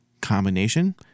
combination